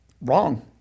wrong